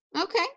okay